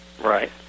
Right